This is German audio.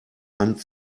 hand